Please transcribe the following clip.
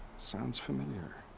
sounds familiar.